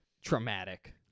traumatic